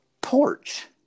porch